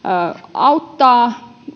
auttaa